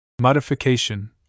Modification